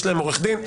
יש להם עורך דין.